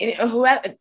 Whoever